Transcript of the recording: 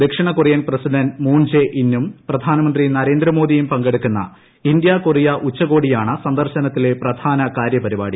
ദക്ഷിണകൊറിയൻ president Moon Jae ഇന്നും പ്രധാനമന്ത്രി നരേന്ദ്രമോദിയും പങ്കെടുക്കുന്ന ഇന്ത്യാ കൊറിയ ഉച്ചകോടിയാണ് സന്ദർശനത്തിലെ പ്രധാന കാര്യ പരിപാടി